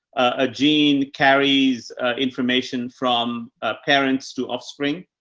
a gene carries information from parents to offspring.